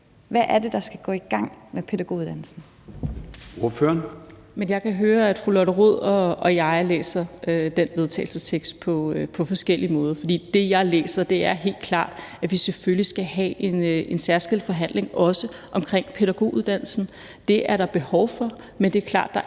Hvad er det, der skal gå i gang i forhold til pædagoguddannelsen?